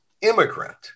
immigrant